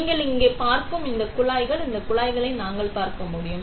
நீங்கள் இங்கே பார்க்கும் இந்த குழாய்கள் இந்த குழாய்களை நாங்கள் பார்க்க முடியும்